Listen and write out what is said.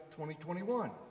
2021